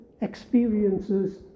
experiences